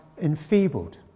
enfeebled